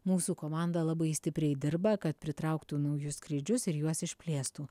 mūsų komanda labai stipriai dirba kad pritrauktų naujus skrydžius ir juos išplėstų